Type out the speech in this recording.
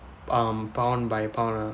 um pound by pound ah